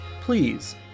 please